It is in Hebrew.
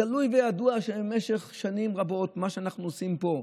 גלוי וידוע שבמשך שנים רבות מה שאנחנו עושים פה,